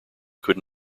could